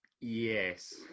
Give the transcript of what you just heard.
Yes